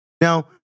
now